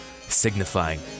signifying